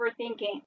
overthinking